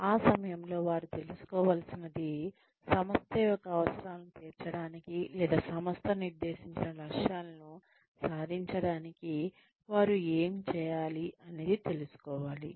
ఆ సమయంలో వారు తెలుసుకోవలసినది సంస్థ యొక్క అవసరాలను తీర్చడానికి లేదా సంస్థ నిర్దేశించిన లక్ష్యాలను సాధించడానికి వారు ఏం చేయాలి అనేది తెలుసుకోవాలి